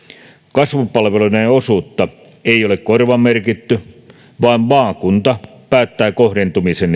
kasvupalveluiden osuutta ei ole korvamerkitty vaan maakunta päättää kohdentumisen